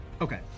Okay